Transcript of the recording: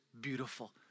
beautiful